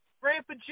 Grandpa